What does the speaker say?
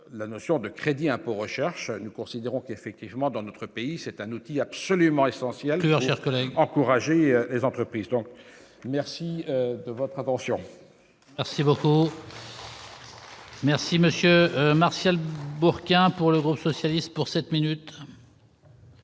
la notion de crédit impôt recherche, nous considérons qu'effectivement dans notre pays, c'est un outil absolument essentiel, dire que on encourager et entreprises, donc merci de votre attention. Merci beaucoup. Merci monsieur Martial Bourquin pour le groupe socialiste, pour 7 minutes.